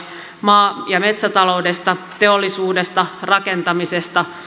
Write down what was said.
maa ja metsätaloudesta teollisuudesta rakentamisesta